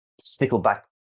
stickleback